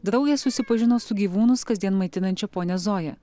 draugės susipažino su gyvūnus kasdien maitinančia ponia zoja